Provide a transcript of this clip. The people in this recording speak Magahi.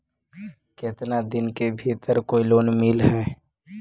केतना दिन के भीतर कोइ लोन मिल हइ?